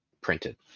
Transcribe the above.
printed